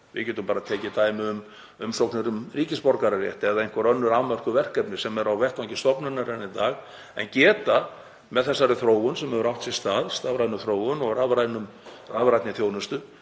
Við getum tekið dæmi um umsóknir um ríkisborgararétt eða einhver önnur afmörkuð verkefni sem eru á vettvangi stofnunarinnar í dag en geta með þeirri þróun sem hefur átt sér stað, stafrænni þróun og rafrænni þjónustu,